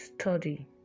study